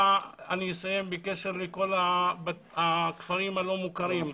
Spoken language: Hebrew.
בקשר לכפרים הלא מוכרים.